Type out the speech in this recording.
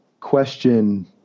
question